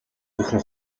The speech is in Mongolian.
бүхэн